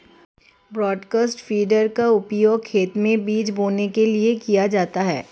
broadcast feeder का उपयोग खेत में बीज बोने के लिए किया जाता है